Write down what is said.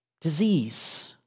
disease